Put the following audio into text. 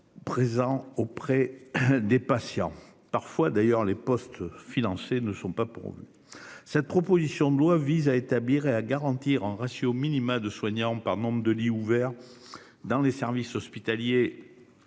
présents auprès des patients. Parfois, les postes financés ne sont pas pourvus. Cette proposition de loi vise à établir et à garantir un ratio minimal de soignants par nombre de lits ouverts dans les services hospitaliers